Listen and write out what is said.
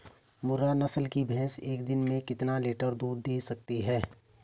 मुर्रा नस्ल की भैंस एक दिन में कितना लीटर दूध दें सकती है?